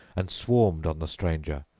and swarmed on the stranger.